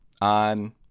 on